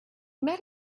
met